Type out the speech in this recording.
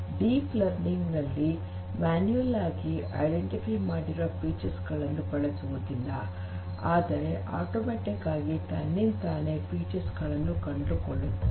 deep learning ನಲ್ಲಿ manual ಆಗಿ ಗುರುತು ಮಾಡಿರುವ ವೈಶಿಷ್ಟ್ಯಗಳನ್ನು ಬಳಸುವುದಿಲ್ಲ ಆದರೆ ಸ್ವಯಂಚಾಲಿತವಾಗಿ ತನ್ನಿಂದ ತಾನೇ ವೈಶಿಷ್ಟ್ಯಗಳನ್ನು ಕಂಡುಹಿಡಿದುಕೊಳ್ಳುತ್ತವೆ